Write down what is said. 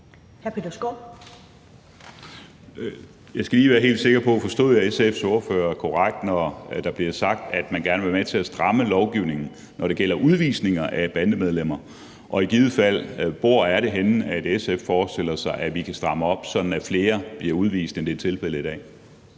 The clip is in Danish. Jeg skal lige være helt sikker på, om jeg forstod SF's ordfører korrekt, når der bliver sagt, at man gerne vil være med til at stramme lovgivningen, når det gælder udvisning af bandemedlemmer. Hvor er det i givet fald, at SF forestiller sig, at vi kan stramme op, sådan at flere bliver udvist, end det er tilfældet i dag?